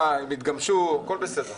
הם יתגמשו, הכול בסדר.